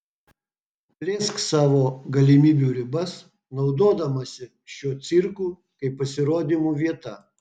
plėsk savo galimybių ribas naudodamasi šiuo cirku kaip pasirodymų vieta